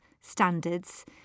standards